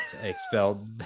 expelled